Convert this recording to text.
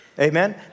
Amen